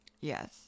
yes